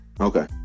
Okay